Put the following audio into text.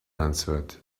answered